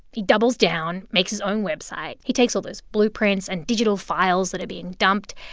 he doubles down, makes his own website. he takes all those blueprints and digital files that are being dumped,